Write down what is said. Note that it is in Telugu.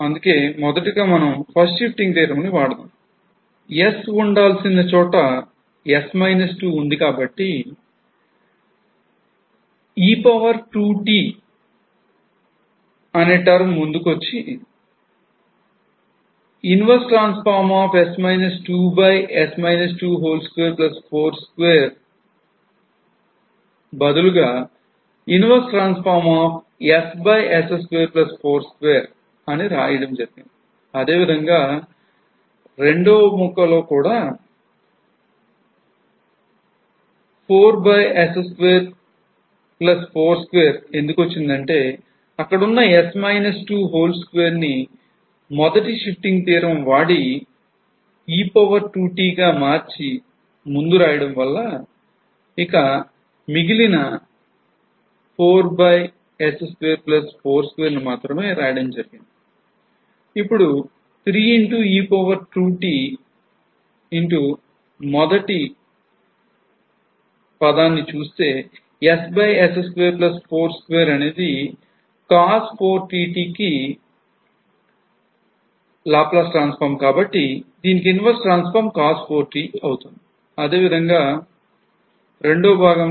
అందువల్ల మొదటిగా మనం ఫస్ట్ షిఫ్టింగ్ థీరంను వాడదాం